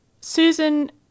susan